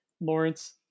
Lawrence